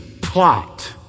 plot